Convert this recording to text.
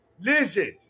listen